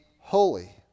holy